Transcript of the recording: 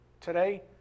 today